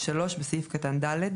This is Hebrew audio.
(3)בסעיף קטן (ד),